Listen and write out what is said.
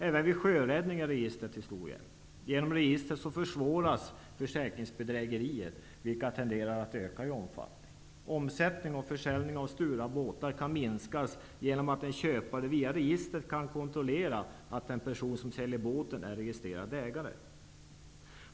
Även vid sjöräddning är registret till stor hjälp. Genom registret försvåras försäkringsbedrägerier, vilka tenderar att öka i omfattning. Omsättning och försäljning av stulna båtar kan minskas genom att en köpare via registret kan kontrollera att den person som säljer båten är registrerad ägare.